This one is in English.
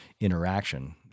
interaction